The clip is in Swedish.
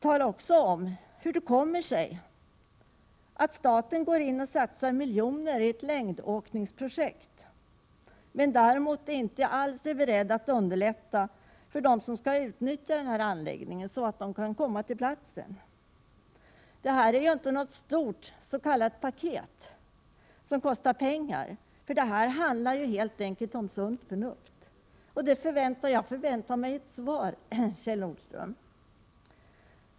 Tala också om hur det kommer sig att staten går in och satsar miljoner i ett längdåkningsprojekt men däremot inte är beredd att underlätta för dem som skall nyttja anläggningen att komma till platsen. Det här är inte något stort s.k. paket som kostar pengar. Det handlar helt enkelt om sunt förnuft. Jag förväntar mig ett svar, Kjell Nordström.